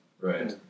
Right